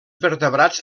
vertebrats